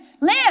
Live